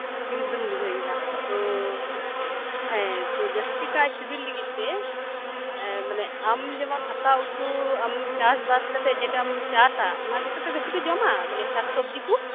ᱥᱤᱵᱤᱞ ᱠᱚᱫᱚᱢ ᱵᱩᱡᱷᱟᱹᱣᱜᱮᱭᱟ ᱛᱚ ᱦᱮᱸ ᱛᱚ ᱡᱟᱹᱥᱛᱤᱠᱟᱭ ᱥᱤᱵᱤᱞ ᱞᱟᱹᱜᱤᱫ ᱛᱮᱟᱢ ᱡᱮᱢᱚᱱ ᱫᱟᱠᱟ ᱩᱛᱩ ᱟᱢ ᱪᱟᱥᱵᱟᱥ ᱠᱟᱛᱮᱜ ᱡᱮᱴᱟᱢ ᱪᱟᱥᱟ ᱚᱱᱟᱜᱮᱛᱚ ᱵᱮᱥᱤᱯᱮ ᱡᱚᱢᱟ ᱢᱟᱱᱮ ᱥᱟᱠᱥᱚᱵᱡᱤ ᱠᱩ